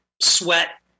sweat